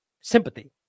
sympathy